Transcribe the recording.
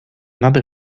nade